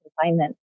confinement